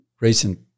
recent